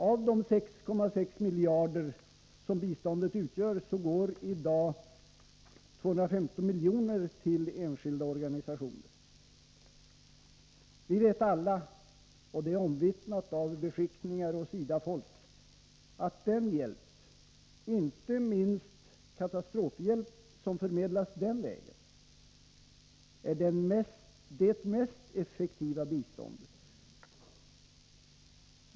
Av de 6,6 miljarder som biståndet utgör går i dag 215 miljoner till enskilda organisationer. Vi vet alla, och det är omvittnat av beskickningar och SIDA-folk, att den hjälp — inte minst katastrofhjälp — som förmedlas den vägen är det mest effektiva biståndet.